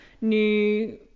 new